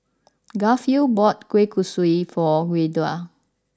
Garfield bought Kueh Kosui for Yehuda